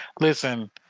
listen